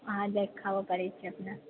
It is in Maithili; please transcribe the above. अहाँ जाके खाओ पाड़ै छियै अपने